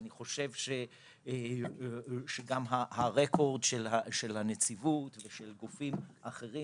אני חושב שגם הרקורד של הנציבות ושל גופים אחרים